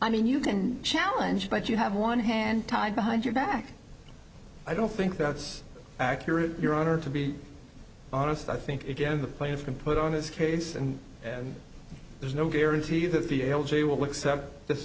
i mean you can challenge but you have one hand tied behind your back i don't think that's accurate your honor to be honest i think again the plaintiff can put on his case and and there's no guarantee that the l j will accept th